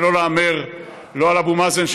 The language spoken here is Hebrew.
ולא להמר לא על אבו מאזן,